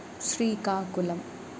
Srikakulam